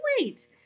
wait